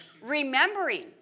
remembering